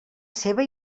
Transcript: seva